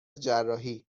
جراحی